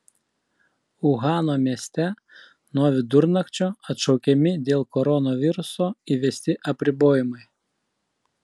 uhano mieste nuo vidurnakčio atšaukiami dėl koronaviruso įvesti apribojimai